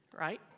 right